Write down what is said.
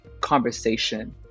conversation